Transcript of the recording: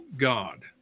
God